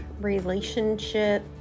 relationship